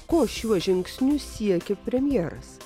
ko šiuo žingsniu siekė premjeras